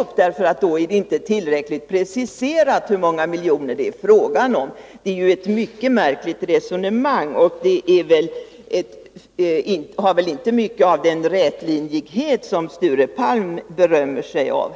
upp, därför att det inte är tillräckligt preciserat hur många miljoner det är fråga om. Det är ett mycket märkligt resonemang, och det har inte mycket av den rätlinjighet som Sture Palm berömmer sig av.